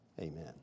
Amen